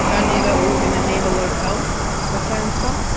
like i knew that we were going to need a lot of help with her and stuff.